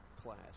class